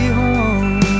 home